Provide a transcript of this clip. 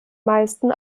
meisten